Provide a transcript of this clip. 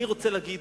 אני רוצה להגיד,